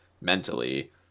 mentally